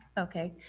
okay,